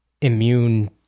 immune